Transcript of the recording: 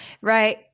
Right